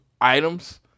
items